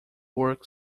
work